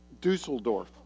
Dusseldorf